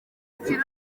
iki